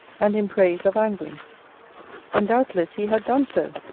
and in praise of angling and doubtless he had done so,